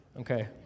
Okay